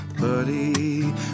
buddy